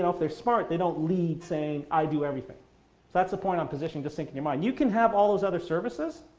if they're smart, they don't lead saying, i do everything. so that's the point i'm positioning. just think in your mind. you can have all those other services,